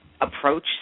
approach